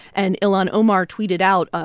and ilhan omar tweeted out, ah